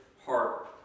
heart